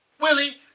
Willie